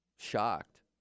Shocked